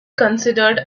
considered